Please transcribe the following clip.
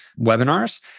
webinars